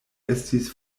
estis